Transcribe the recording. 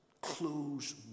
close